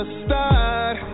start